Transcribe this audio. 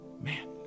man